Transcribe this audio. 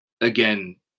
again